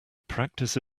practice